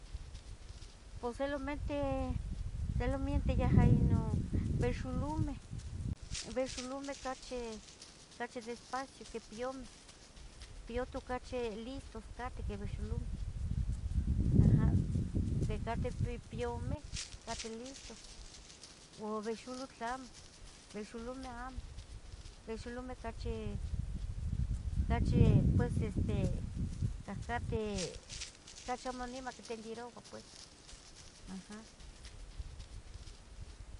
Pos solomente, solomente yaha ino behxolumeh, behxulumeh cachi despacio que piyumeh, piyuto cachi listos cateh que behxulumeh aha, de cateh pipiyume cateh listos, ua behxulotl amo, behxulomeh amo, behxulomeh cachi cachi pues este cahcateh cachi amo nima quentenderoua pues, aha.